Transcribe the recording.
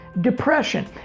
depression